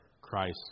Christ